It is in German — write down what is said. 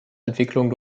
entwicklung